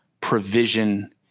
provision